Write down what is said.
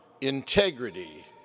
integrity